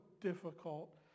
difficult